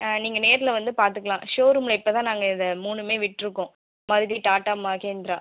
ஆ நீங்கள் நேரில் வந்து பார்த்துக்கலாம் ஷோரூம்ல இப்போதான் நாங்கள் இதை மூணுமே விட்டுருக்கோம் மருதி டாடா மஹேந்திரா